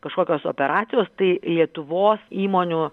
kažkokios operacijos tai lietuvos įmonių